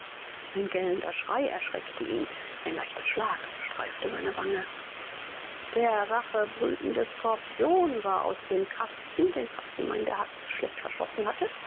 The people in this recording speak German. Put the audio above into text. ein gellender schrei erschreckte ihn ein leichter schlag streifte seine wade der rachebrütende skorpion war aus dem kasten den fatima in der hast schlecht verschlossen hatte